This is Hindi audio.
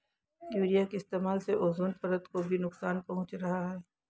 यूरिया के इस्तेमाल से ओजोन परत को भी नुकसान पहुंच रहा है